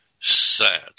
sad